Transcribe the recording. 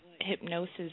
hypnosis